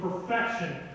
perfection